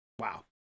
wow